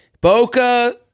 Boca